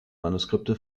manuskripte